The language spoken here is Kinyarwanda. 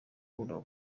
koroha